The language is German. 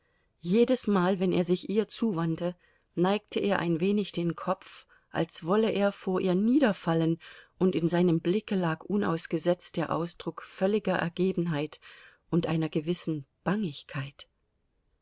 jedesmal wenn er sich ihr zuwandte neigte er ein wenig den kopf als wolle er vor ihr niederfallen und in seinem blicke lag unausgesetzt der ausdruck völliger ergebenheit und einer gewissen bangigkeit